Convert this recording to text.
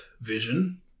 vision